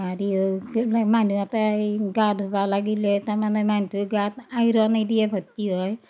হেৰি অ'ই কি বোলেই মানহু এটাই গা ধুবা লাগিলে তাৰমানে মানহুটোৰ গাত আইৰণেদিয়ে ভত্তি হয়